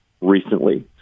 recently